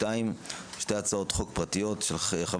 2. הצעת חוק הסדר